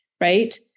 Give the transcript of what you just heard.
Right